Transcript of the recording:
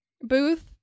booth